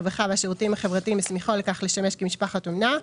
הרווחה והשירותים החברתיים הסמיכו לכך לשמש כמשפחת אומנה,